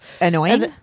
Annoying